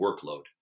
workload